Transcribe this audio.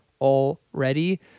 already